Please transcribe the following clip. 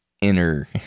inner